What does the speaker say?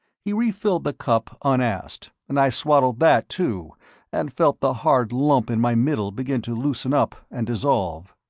he refilled the cup unasked, and i swallowed that too and felt the hard lump in my middle begin to loosen up and dissolve.